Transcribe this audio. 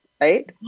right